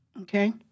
Okay